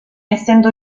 essendo